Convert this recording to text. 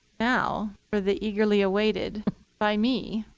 now, for the eagerly awaited by me,